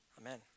Amen